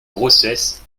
grossesses